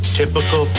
typical